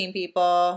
people